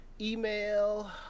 email